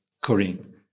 Corinne